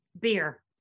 Beer